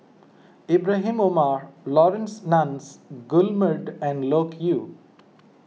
Ibrahim Omar Laurence Nunns Guillemard and Loke Yew